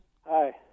Hi